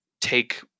take